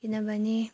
किनभने